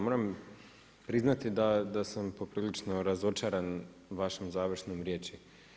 Moram priznati da sam poprilično razočaran vašom završnom riječi.